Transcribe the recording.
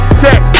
check